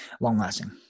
long-lasting